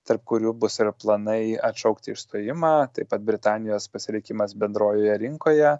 tarp kurių bus ir planai atšaukti išstojimą taip pat britanijos pasilikimas bendrojoje rinkoje